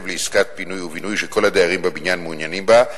לעסקת פינוי ובינוי שכל הדיירים בבניין מעוניינים בה,